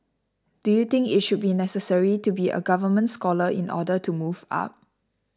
do you think it should be necessary to be a government scholar in order to move up